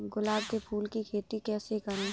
गुलाब के फूल की खेती कैसे करें?